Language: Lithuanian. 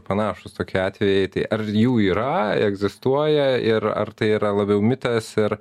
panašūs tokie atvejai tai ar jų yra egzistuoja ir ar tai yra labiau mitas ir